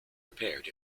repaired